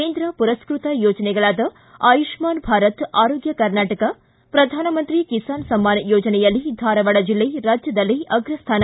ಕೇಂದ್ರ ಪುರಸ್ವತ ಯೋಜನೆಗಳಾದ ಆಯು ಾನ ಭಾರತ ಆರೋಗ್ಯ ಕರ್ನಾಟಕ ಪ್ರಧಾನಮಂತ್ರಿ ಕಿಸಾನ್ ಸಮ್ಮಾನ ಯೋಜನೆಯಲ್ಲಿ ಧಾರವಾಡ ಜಿಲ್ಲೆ ರಾಜ್ಯದಲ್ಲೇ ಅಗ್ರ ಸ್ಟಾನ